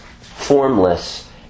formless